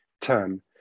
term